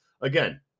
again